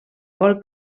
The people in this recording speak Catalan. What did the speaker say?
vol